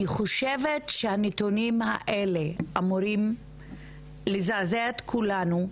אני חושבת שהנתונים האלה אמורים לזעזע את כולנו,